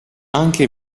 anche